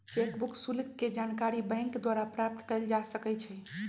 cheque book शुल्क के जानकारी बैंक द्वारा प्राप्त कयल जा सकइ छइ